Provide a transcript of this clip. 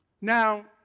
Now